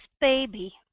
baby